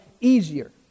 easier